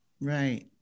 right